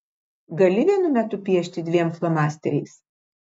gali vienu metu piešti dviem flomasteriais